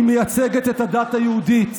היא מייצגת את הדת היהודית.